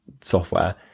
software